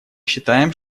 считаем